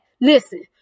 listen